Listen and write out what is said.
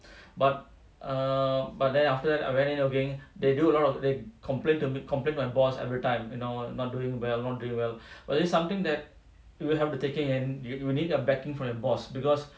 but err but then after that I went in okay they do a lot of they complain to me complain my boss everytime you know not doing well not doing well well there's something that we will have to take it in and we need the backing from your boss because